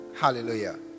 Hallelujah